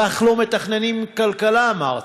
כך לא מתכננים כלכלה, אמרתי,